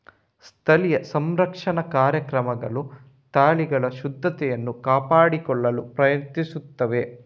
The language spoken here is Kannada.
ಸ್ಥಳೀಯ ಸಂರಕ್ಷಣಾ ಕಾರ್ಯಕ್ರಮಗಳು ತಳಿಗಳ ಶುದ್ಧತೆಯನ್ನು ಕಾಪಾಡಿಕೊಳ್ಳಲು ಪ್ರಯತ್ನಿಸುತ್ತಿವೆ